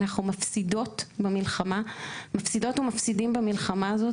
אנחנו מפסידות ומפסידים במלחמה הזאת.